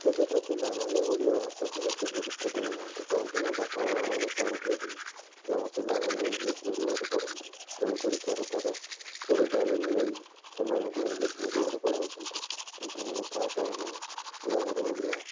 ଏବେ ତ ପିଲାମାନେ ଓଡ଼ିଆ ଭାଷାକୁ ଏତେ ଗୁରୁତ୍ୱ ଦେଉନାହାଁନ୍ତି କାହିଁକି ନା ବାପା ମାଆ ମାନେ ଚାହୁଁଛନ୍ତି କି ଆମ ପିଲାମାନେ ଇଂଲିଶ ମିଡ଼ିୟମ୍ରେ ପଢ଼ନ୍ତୁ ତେଣୁ କରି ସରକାର ଉଚ୍ଚବିଦ୍ୟାଳୟରୁ ନେଇ ସେମାନଙ୍କୁ ଇଂଲିଶ ମିଡ଼ିୟମ୍ରେ ପଢ଼ାଉଛନ୍ତି କିନ୍ତୁ ମୁଁ ତା ଚାହୁଁ ନାହିଁ କି ଆମର ଓଡ଼ିଆ